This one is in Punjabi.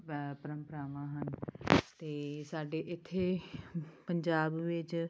ਪਰੰਪਰਾਵਾਂ ਹਨ ਅਤੇ ਸਾਡੇ ਇੱਥੇ ਪੰਜਾਬ ਵਿੱਚ